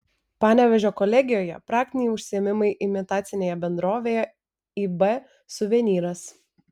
panevėžio kolegijoje praktiniai užsiėmimai imitacinėje bendrovėje ib suvenyras